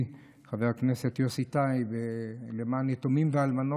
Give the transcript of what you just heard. חבר הכנסת יוסי טייב למען יתומים ואלמנות,